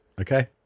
Okay